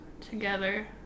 together